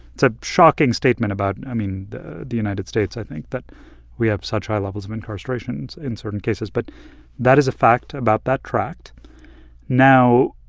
it's a shocking statement about, i mean, the the united states, i think, that we have such high levels of incarceration in certain cases. but that is a fact about that tract now,